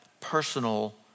personal